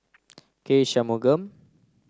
K Shanmugam